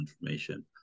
information